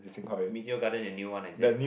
Meteor Garden the new one is it